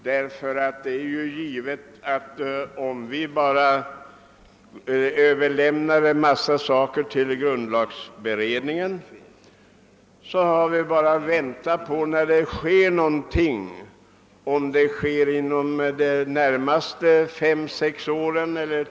Herr talman! Herr Henningsson är tydligen tidlös. Om vi överlämnar en massa frågor till grundlagberedningen har vi sedan bara att vänta för att se när något sker.